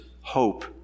hope